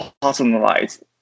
personalized